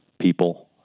people